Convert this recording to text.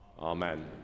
Amen